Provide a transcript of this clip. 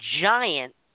giant